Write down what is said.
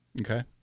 Okay